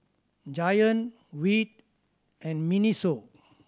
Giant Veet and MINISO